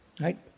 right? –